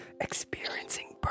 experiencing